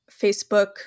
Facebook